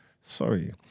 Sorry